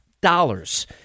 dollars